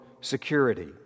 security